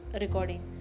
recording